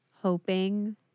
hoping